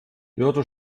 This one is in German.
dörte